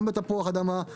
גם בתפוח אדמה,